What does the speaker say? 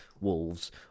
Wolves